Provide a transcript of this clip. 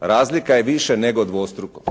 Razlika je više nego dvostruko.